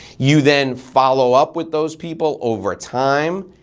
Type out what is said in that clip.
you then follow up with those people over time.